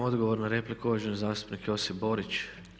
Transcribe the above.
Odgovor na repliku uvaženi zastupnik Josip Borić.